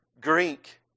Greek